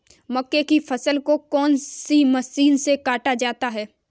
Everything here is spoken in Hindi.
मक्के की फसल को कौन सी मशीन से काटा जाता है?